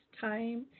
Time